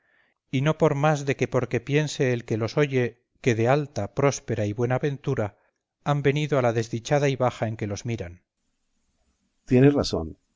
y no por más de que porque piense el que los oye que de alta próspera y buena ventura han venido a la desdichada y baja en que los miran berganza tienes razón